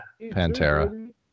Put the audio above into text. Pantera